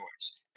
voice